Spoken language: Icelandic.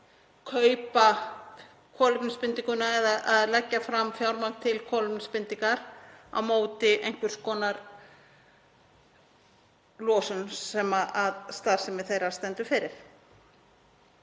kaupa kolefnisbindingu eða að leggja fram fjármagn til kolefnisbindingar á móti einhvers konar losun sem starfsemi þeirra stendur fyrir.